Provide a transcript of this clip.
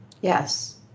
Yes